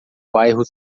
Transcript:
bairro